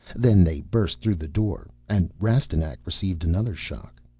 then they burst through the door and rastignac received another shock.